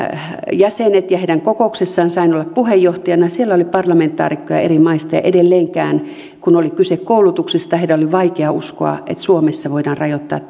jäsenet ja heidän kokouksessaan sain olla puheenjohtajana siellä oli parlamentaarikkoja eri maista ja edelleenkin kun oli kyse koulutuksesta heidän oli vaikea uskoa että suomessa voidaan näin rajoittaa